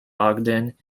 ogden